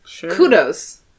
Kudos